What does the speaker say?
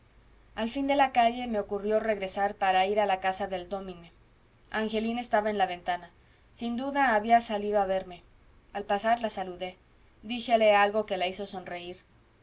al fin de la calle me ocurrió regresar para ir a la casa del dómine angelina estaba en la ventana sin duda había salido a verme al pasar la saludé díjele algo que la hizo sonreír